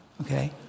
Okay